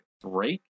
break